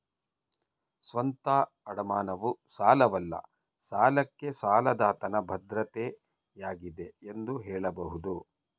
ಸ್ವಂತ ಅಡಮಾನವು ಸಾಲವಲ್ಲ ಸಾಲಕ್ಕೆ ಸಾಲದಾತನ ಭದ್ರತೆ ಆಗಿದೆ ಎಂದು ಹೇಳಬಹುದು